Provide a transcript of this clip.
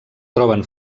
troben